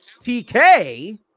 TK